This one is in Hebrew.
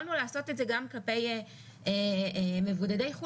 יכולנו לעשות את זה גם כלפי מבודדי חוץ